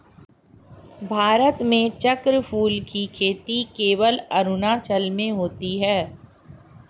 भारत में चक्रफूल की खेती केवल अरुणाचल में होती है